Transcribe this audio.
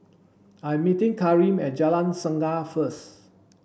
I'm meeting Karim at Jalan Singa first